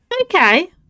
Okay